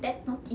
that's not it